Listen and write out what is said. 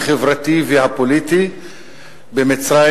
החברתי והפוליטי במצרים.